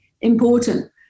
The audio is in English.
important